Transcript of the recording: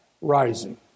rising